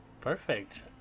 Perfect